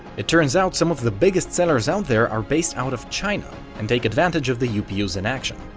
it turns out some of the biggest sellers out there are based out of china and take advantage of the upu's inaction.